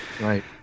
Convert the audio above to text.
Right